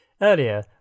Earlier